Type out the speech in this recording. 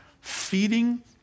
feeding